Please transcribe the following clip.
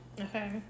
okay